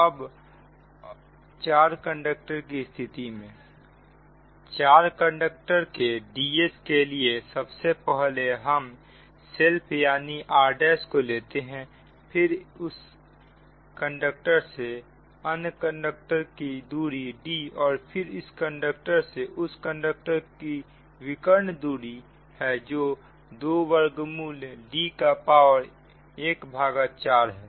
और अब चारों कंडक्टर के स्थिति में चार कंडक्टर के Ds के लिए सबसे पहले हम सेल्फ यानी r' को लेते हैं फिर इस कंडक्टर से कंडक्टर 2 की दूरी d और फिर इस कंडक्टर से उस कंडक्टर की दूरी विकर्ण दूरी है जो 2 वर्गमूल D का पावर ¼ है